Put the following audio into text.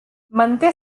manté